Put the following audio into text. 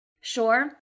Sure